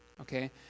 Okay